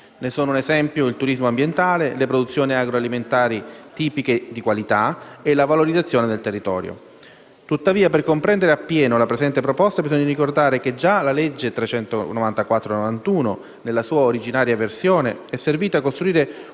Ne sono esempi il turismo ambientale, le produzioni agroalimentari tipiche di qualità e la valorizzazione del territorio. Tuttavia, per comprendere a pieno la presente proposta, bisogna ricordare che già la legge n. 394 del 1991, nella sua originaria versione, è servita a costruire un sistema